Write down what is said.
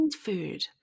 food